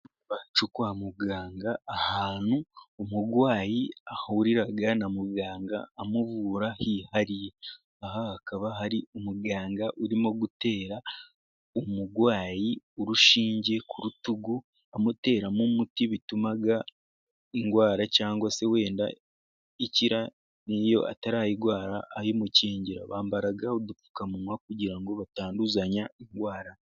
Kwa muganga ahantu umurwayi ahurira na muganga amuvura, aha hakaba hari umuganga urimo gutera umurwayi urushinge ku rutugu amuteramo umuti, bituma indwara cyangwa se wenda ikira n'iyo atarayirwara ayimukingira, bambara udupfukamunwa kugira ngo batanduzanya indwara.